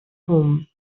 home